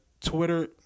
Twitter